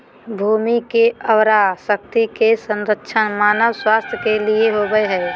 भूमि की उर्वरा शक्ति के संरक्षण मानव स्वास्थ्य के लिए होबो हइ